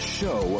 show